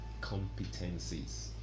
competencies